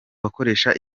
bakoresha